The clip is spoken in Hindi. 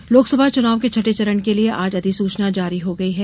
अधिसूचना लोकसभा चुनाव के छठे चरण के लिए आज अधिसूचना जारी हो गयी है